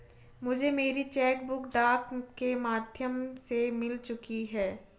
मुझे मेरी cheque book डाक के माध्यम से मिल चुकी है